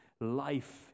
life